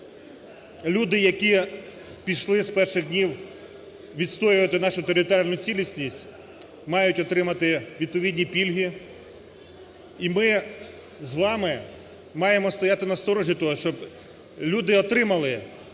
Люди, які пішли з перших днів відстоювати нашу територіальну цілісність, мають отримати відповідні пільги. І ми з вами маємо стояти на сторожі того, щоб люди отримали